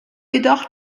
jedoch